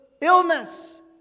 illness